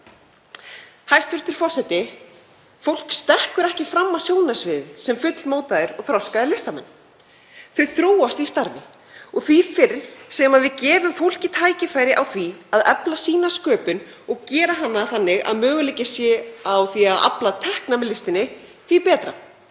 Hæstv. forseti. Fólk stekkur ekki fram á sjónarsviðið sem fullmótaðir og þroskaðir listamenn. Það þróast í starfi. Því fyrr sem við gefum fólki tækifæri á því að efla sína sköpun, og gera það þannig að möguleiki sé á því að afla tekna með listinni, því betra.